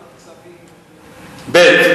ב.